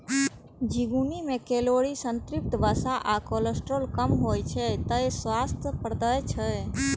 झिंगुनी मे कैलोरी, संतृप्त वसा आ कोलेस्ट्रॉल कम होइ छै, तें स्वास्थ्यप्रद छै